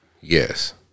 Yes